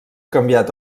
canviat